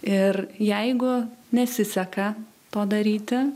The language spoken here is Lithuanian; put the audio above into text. ir jeigu nesiseka to daryti